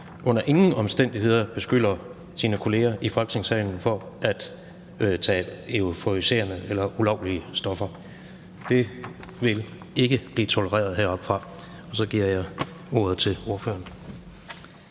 under ingen omstændigheder beskylder sine kolleger i Folketingssalen for at tage euforiserende eller ulovlige stoffer. Det vil ikke blive tolereret heroppefra. Så giver jeg ordet til ordføreren.